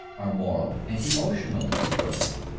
our moral and emotional equipment.